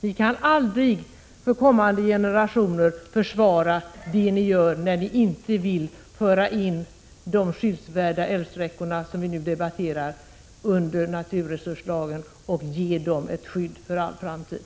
Ni kan aldrig för kommande generationer försvara att ni inte vill föra in de skyddsvärda älvsträckor, som vi nu debatterar, under naturresurslagen och ge dem ett skydd för all framtid.